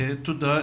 (היו"ר יוסף ג'בארין) תודה.